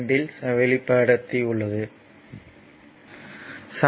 2 இல் வெளிப்படுத்தியுள்ளோம்